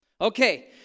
Okay